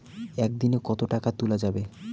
একদিন এ কতো টাকা তুলা যাবে?